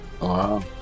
Wow